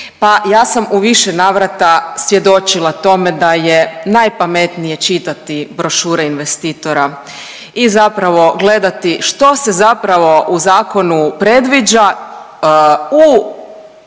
pa ja sam u više navrata svjedočila tome da je najpametnije čitati brošure investitora i zapravo gledati što se zapravo u zakonu predviđa u